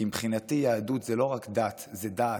כי מבחינתי יהדות זו לא רק דת, זו דעת.